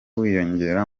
wiyongera